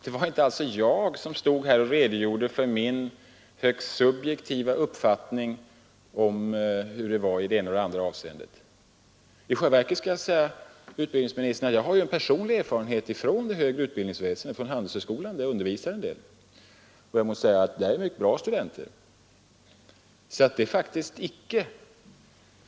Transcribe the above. Det var alltså inte så att jag stod och redogjorde för min högst subjektiva uppfattning om hur det var i det ena eller det andra avseendet. I själva verket, herr utbildningsminister, har jag en personlig erfarenhet från det högre utbildningsväsendet, nämligen genom att jag undervisar en del på Handelshögskolan, där jag måste säga att studenterna är mycket bra.